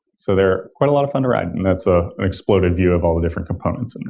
so they're quite a lot of fun to ride. and that's ah an exploded view of all the different components in there.